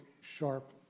sharp